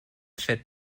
fährt